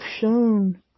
shown